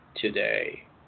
today